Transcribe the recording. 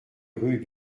rue